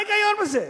מה ההיגיון בזה?